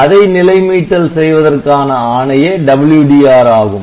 அதை நிலை மீட்டல் செய்வதற்கான ஆணையே WDR ஆகும்